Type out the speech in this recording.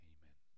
Amen